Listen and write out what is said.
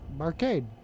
arcade